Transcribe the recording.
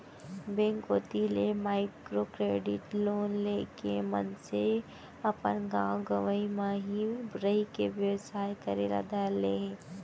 bank कोती ले micro credit loan लेके मनसे अपन गाँव गंवई म ही रहिके बेवसाय करे बर धर ले हे